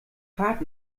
fahrt